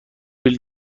بلیت